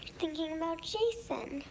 thinking about jason.